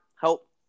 help